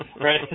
right